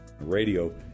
Radio